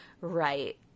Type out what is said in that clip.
Right